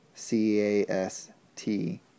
C-A-S-T